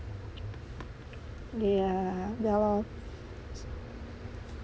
ya ya lor